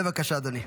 בבקשה, אדוני.